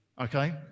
Okay